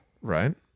Right